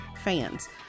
fans